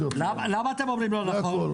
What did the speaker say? למה אתם אומרים: "לא נכון"?